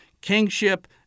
kingship